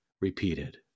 repeated